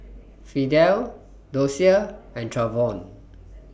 Fidel Dosia and Travon